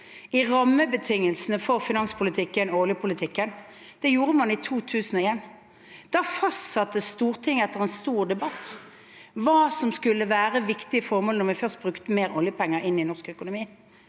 i rammebetingelsene for finanspolitikken og oljepolitikken. Det gjorde man i 2001. Da fastsatte Stortinget, etter en stor debatt, hva som skulle være viktige formål når vi først brukte mer oljepenger inn i norsk økonomi.